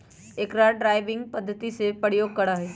अकरा ड्राइविंग पद्धति में भी प्रयोग करा हई